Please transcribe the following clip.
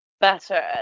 better